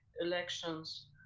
elections